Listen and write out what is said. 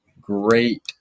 great